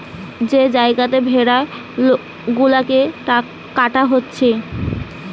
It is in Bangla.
যে জাগাতে ভেড়া গুলাকে কাটা হচ্ছে